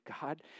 God